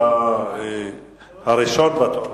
אתה הראשון בתור,